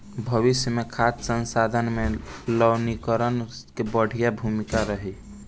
भविष्य मे खाद्य संसाधन में लवणीकरण के बढ़िया भूमिका रही